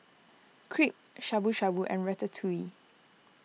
Crepe Shabu Shabu and Ratatouille